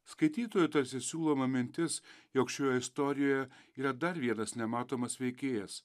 skaitytojui tarsi siūloma mintis jog šioje istorijoje yra dar vienas nematomas veikėjas